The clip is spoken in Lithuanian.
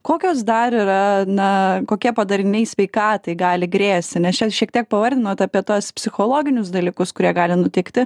kokios dar yra na kokie padariniai sveikatai gali grėsti nes čia šiek tiek pavardinot apie tuos psichologinius dalykus kurie gali nutikti